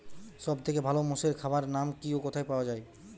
সব থেকে ভালো মোষের খাবার নাম কি ও কোথায় পাওয়া যায়?